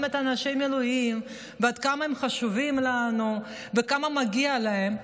את אנשי המילואים ועד כמה הם חשובים לנו וכמה מגיע להם,